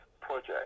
project